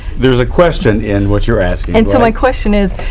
there's a question in what you are asking. and so my question is,